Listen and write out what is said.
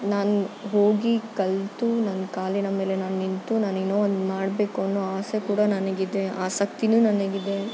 ನಾನು ಹೋಗಿ ಕಲಿತು ನನ್ನ ಕಾಲಿನ ಮೇಲೆ ನಾನು ನಿಂತು ನಾನೇನೋ ಒಂದು ಮಾಡಬೇಕು ಅನ್ನೋ ಆಸೆ ಕೂಡ ನನಗಿದೆ ಆಸಕ್ತಿನೂ ನನಗಿದೆ